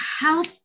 help